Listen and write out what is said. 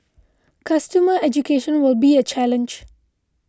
consumer education will be a challenge